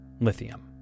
Lithium